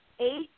eight